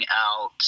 out